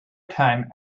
time